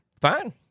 Fine